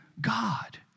God